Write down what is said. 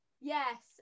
Yes